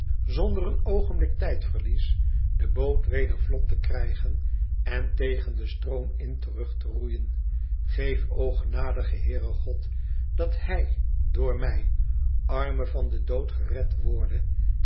zonder een oogenblik tijdverlies de boot weder vlot te krijgen en tegen den stroom in terug te roeien geef o genadige heere god dat hij door mij arme van den dood gered worde